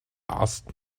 asked